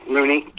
Looney